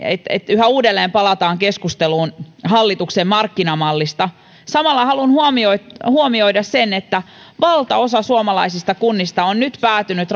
yhä uudelleen palataan keskusteluun hallituksen markkinamallista samalla haluan huomioida sen että valtaosa suomalaisista kunnista on nyt päätynyt